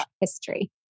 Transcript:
history